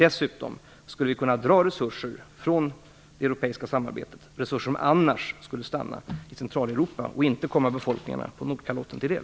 Dessutom skulle som sagt resurser kunna dras från det europeiska samarbetet, resurser som annars skulle stanna i Centraleuropa och inte komma befolkningarna på Nordkalotten till del.